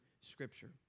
Scripture